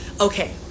okay